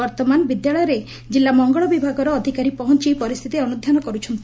ବର୍ଉମାନ ବିଦ୍ୟାଳୟରେ କିଲ୍ଲା ମଙ୍ଗଳ ବିଭାଗର ଅଧିକାରୀ ପହଞ୍ ପରିସ୍ତିତି ଅନୁଧ୍ୟାନ କର୍ରଛନ୍ତି